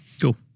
Cool